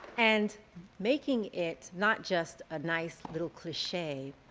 and making it not just a nice little cliche,